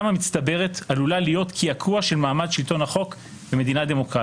המצטברת עלולה להיות קעקוע של מעמד שלטון החוק במדינה דמוקרטית.